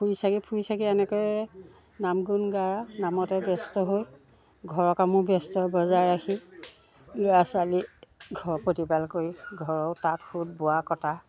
ফুৰি চাকি ফুৰি চাকি এনেকৈয়ে নাম গুণ গাই নামতে ব্যস্ত হৈ ঘৰৰ কামো ব্যস্ত বজাই ৰাখি ল'ৰা ছোৱালী ঘৰ প্ৰতিপাল কৰি ঘৰৰ তাঁত সুঁত বোৱা কটা